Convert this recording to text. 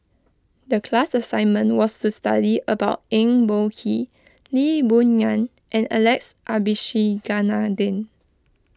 the class assignment was to study about Eng Boh Kee Lee Boon Ngan and Alex Abisheganaden